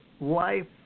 life